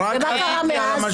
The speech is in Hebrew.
אבל רק רציתי על המשכנתה.